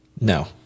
No